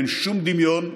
אין שום דמיון,